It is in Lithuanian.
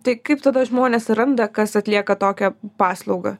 tai kaip tada žmonės randa kas atlieka tokią paslaugą